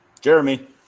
Jeremy